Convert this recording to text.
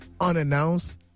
unannounced